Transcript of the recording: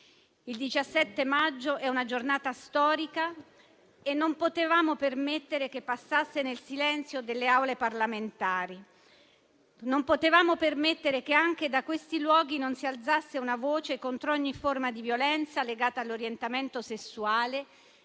Il 17 maggio è una giornata storica e non potevamo permettere che passasse nel silenzio delle Aule parlamentari, né che anche da questi luoghi non si alzasse una voce contro ogni forma di violenza legata all'orientamento sessuale